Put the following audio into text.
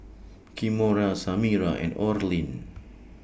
Kimora Samira and Orlin